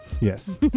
Yes